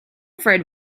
fried